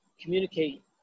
communicate